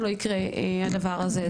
שלא יקרה הדבר הזה.